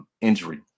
injury